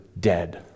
dead